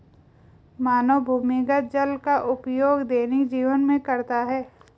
मानव भूमिगत जल का उपयोग दैनिक जीवन में करता है